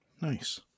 Nice